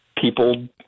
people